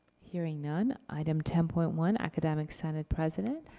hearing none, item ten point one, academic senate president.